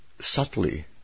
subtly